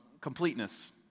completeness